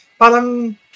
palang